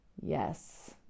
Yes